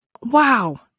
Wow